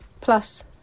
plus